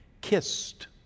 kissed